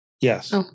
Yes